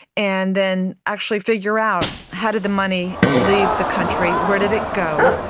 and then actually figure out how did the money leave the country, where did it go?